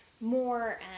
more